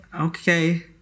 Okay